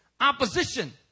opposition